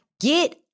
get